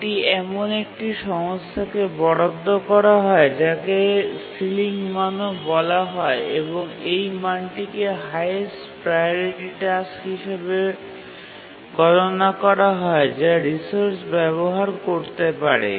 এটি এমন একটি সংস্থাকে বরাদ্দ করা হয় যাকে সিলিং মানও বলা হয় এবং এই মানটিকে হাইয়েস্ট প্রাওরিটি টাস্ক হিসাবে গণনা করা হয় যা রিসোর্স ব্যবহার করতে পারে